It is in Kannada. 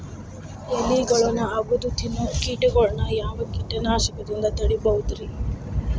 ಎಲಿಗೊಳ್ನ ಅಗದು ತಿನ್ನೋ ಕೇಟಗೊಳ್ನ ಯಾವ ಕೇಟನಾಶಕದಿಂದ ತಡಿಬೋದ್ ರಿ?